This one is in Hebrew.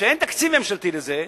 כשאין תקציב ממשלתי לזה,